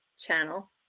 channel